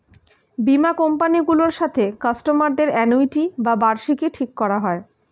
বীমা কোম্পানি গুলোর সাথে কাস্টমার দের অ্যানুইটি বা বার্ষিকী ঠিক করা হয়